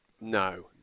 No